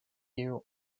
views